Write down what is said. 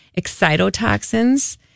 Excitotoxins